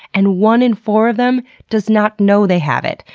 and one in four of them does not know they have it.